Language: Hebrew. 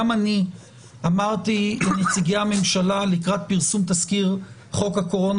גם אני אמרתי לנציגי הממשלה לקראת פרסום תזכיר חוק הקורונה